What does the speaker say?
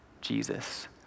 Jesus